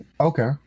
Okay